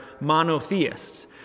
monotheists